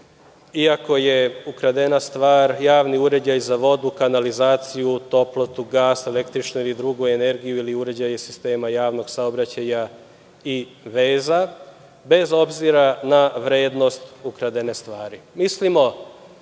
iako je ukradena stvar javni uređaj za vodu, kanalizaciju, toplotu gasa, električnu ili drugu energiju ili uređaja sistema javnog saobraćaja i veza, bez obzira na vrednost ukradene stvari. Mislimo